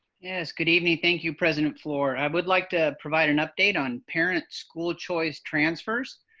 yes, good evening, thank you, president fluor. i would like to provide an update on parent school choice transfers.